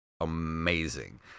amazing